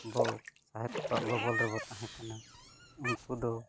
ᱟᱵᱚ ᱥᱟᱦᱮᱫ ᱠᱚᱣᱟᱜ ᱜᱚᱵᱚᱞ ᱨᱮᱵᱚᱱ ᱛᱟᱦᱮᱸ ᱠᱟᱱᱟ ᱩᱱᱠᱩ ᱫᱚ